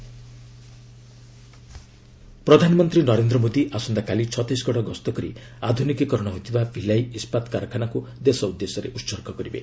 PM Bhilai plant ପ୍ରଧାନମନ୍ତ୍ରୀ ନରେନ୍ଦ୍ର ମୋଦି ଆସନ୍ତାକାଲି ଛତିଶଗଡ ଗସ୍ତ କରି ଆଧୁନିକକରଣ ହୋଇଥିବା ଭିଲାଇ ଇସ୍କାତ କାରଖାନାକୁ ଦେଶ ଉଦ୍ଦେଶ୍ୟରେ ଉତ୍ସର୍ଗ କରିବେ